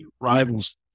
rival's